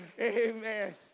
Amen